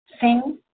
sing